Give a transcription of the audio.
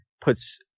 puts